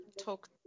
talk